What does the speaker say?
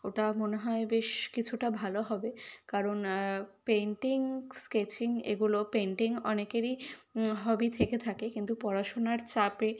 ওটা মনে হয় বেশ কিছুটা ভালো হবে কারণ পেন্টিং স্কেচিং এগুলো পেন্টিং অনেকেরই হবি থেকে থাকে কিন্তু পড়াশুনার চাপে